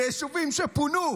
ביישובים שפונו.